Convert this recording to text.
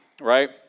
right